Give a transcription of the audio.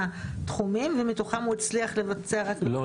תחומים ומתוכם הוא הצליח לבצע רק --- לא,